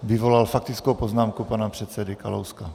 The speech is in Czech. Vyvolal faktickou poznámku pana předsedy Kalouska.